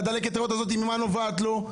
דלקת הראות הזאת ממה נובעת לו?